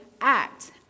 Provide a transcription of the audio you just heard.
Act